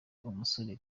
umusore